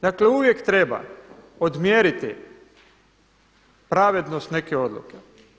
Dakle, uvijek treba odmjeriti pravednost neke odluke.